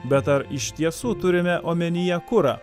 bet ar iš tiesų turime omenyje kurą